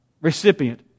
recipient